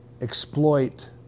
exploit